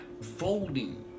folding